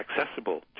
accessible